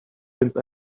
since